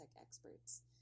experts